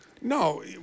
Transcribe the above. No